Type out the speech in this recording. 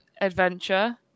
adventure